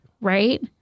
Right